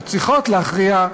או צריכות להכריע,